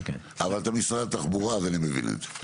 אבל אתה משרד התחבורה, אז אני מבין את זה.